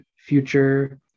future